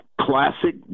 classic